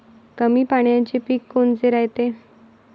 कमी पाण्याचे पीक कोनचे रायते?